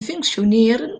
functioneren